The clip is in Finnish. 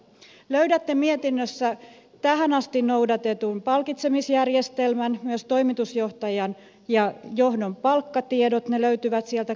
löydätte mietinnöstä tähän asti noudatetun palkitsemisjärjestelmän myös toimitusjohtajan ja johdon palkkatiedot ne löytyvät sieltä kaikki